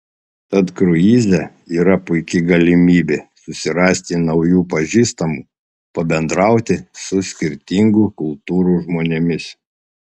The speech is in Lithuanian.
tad kruize yra puiki galimybė susirasti naujų pažįstamų pabendrauti su skirtingų kultūrų žmonėmis